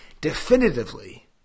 definitively